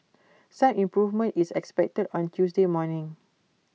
some improvement is expected on Tuesday morning